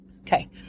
okay